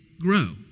grow